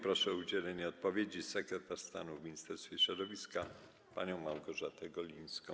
Proszę o udzielenie odpowiedzi sekretarz stanu w Ministerstwie Środowiska panią Małgorzatę Golińską.